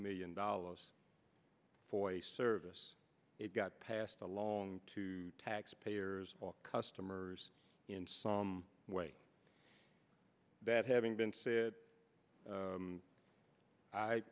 million dollars for a service it got passed along to taxpayers customers in some way that having been